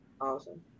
awesome